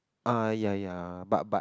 uh ya ya but but